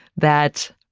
that,